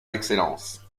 excellence